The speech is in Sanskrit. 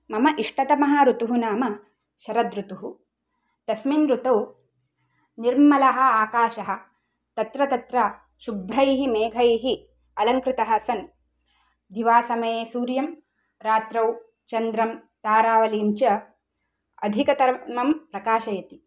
मम इष्टतमः ऋतुः नाम शरद् ऋतुः तस्मिन् ऋतौ निर्मलः आकाशः तत्र तत्र शुभ्रैः मेघैः अलङ्कृतः सन् दिवासमये सूर्यं रात्रौ चन्द्रं तारावलिञ्च अधिकतरमं प्रकाशयति